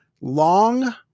long